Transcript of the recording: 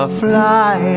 fly